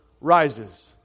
rises